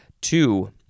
Two